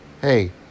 Hey